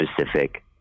specific